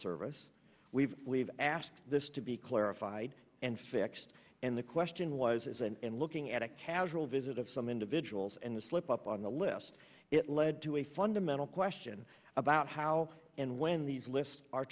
service we've we've asked this to be clarified and fixed and the question was is and looking at a casual visit of some individuals and a slip up on the list it led to a fundamental question about how and when these lists are